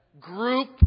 group